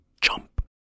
jump